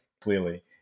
clearly